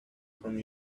from